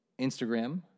Instagram